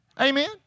Amen